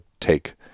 take